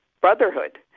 brotherhood